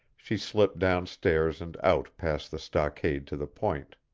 she slipped down stairs and out past the stockade to the point.